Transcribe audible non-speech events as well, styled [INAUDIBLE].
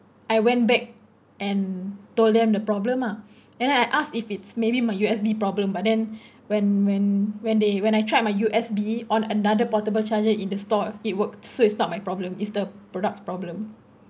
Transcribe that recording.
I went back and told them the problem ah and then I asked if it's maybe my U_S_B problem but then [BREATH] when when when they when I tried my U_S_B on another portable charger in the store it worked so it's not my problem is the product problem